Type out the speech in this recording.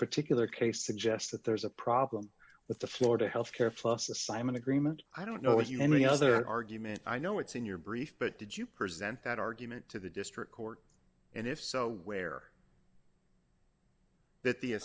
particular case suggests that there's a problem with the florida health care plus a simon agreement i don't know if you any other argument i know it's in your brief but did you present that argument to the district court and if so where that the